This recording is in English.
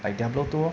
like diablo two lor